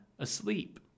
Asleep